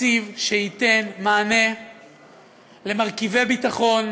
תקציב שייתן מענה למרכיבי ביטחון